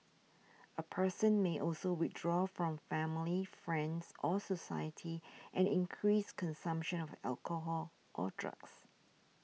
a person may also withdraw from family friends or society and increase consumption of alcohol or drugs